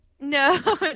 no